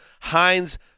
Heinz